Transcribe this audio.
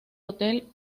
hotel